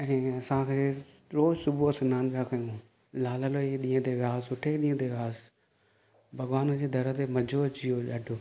ऐं जीअं असांखे रोज़ु सुबुह जो सनानु पिया कयूं लाल लोई ॾींहं ते वियासीं सुठे ॾींहं ते वियासीं भॻवान जे दर ते मज़ो अची वियो ॾाढो